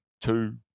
two